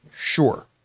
sure